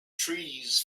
trees